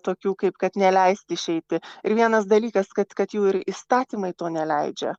tokių kaip kad neleisti išeiti ir vienas dalykas kad kad jų ir įstatymai to neleidžia